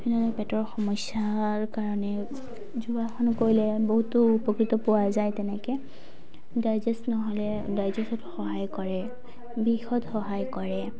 পেটৰ সমস্যাৰ কাৰণে যোগাসন কৰিলে বহুতো উপকৃত পোৱা যায় তেনেকৈ ডাইজেষ্ট নহ'লে ডাইজেষ্টত সহায় কৰে বিষত সহায় কৰে